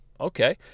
Okay